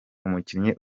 umukinnyi